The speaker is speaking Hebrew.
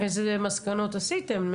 איזה מסקנות עשיתם.